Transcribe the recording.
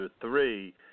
three